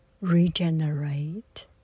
regenerate